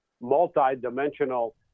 multi-dimensional